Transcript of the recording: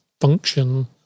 function